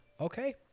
Okay